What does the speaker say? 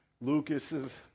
Lucas's